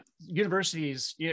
universities